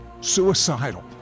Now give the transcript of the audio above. suicidal